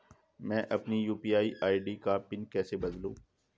मैं अपनी UPI ID का पिन कैसे बदलूं?